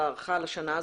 על ההארכה בשנה,